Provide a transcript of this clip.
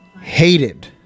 hated